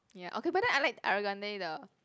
ya okay but then I like Ariana Grande the